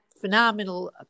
phenomenal